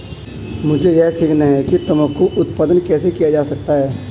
मुझे यह सीखना है कि तंबाकू उत्पादन कैसे किया जा सकता है?